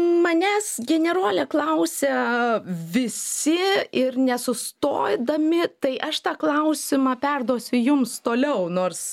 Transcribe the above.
manęs generole klausia visi ir nesustodami tai aš tą klausimą perduosiu jums toliau nors